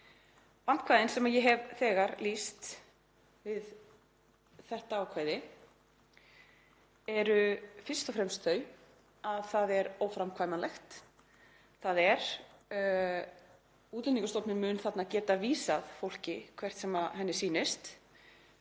Vandkvæðin sem ég hef þegar lýst við þetta ákvæði eru fyrst og fremst þau að það er óframkvæmanlegt, þ.e. Útlendingastofnun mun þarna geta vísað fólki hvert sem henni sýnist